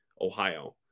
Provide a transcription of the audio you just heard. Ohio